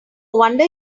wonder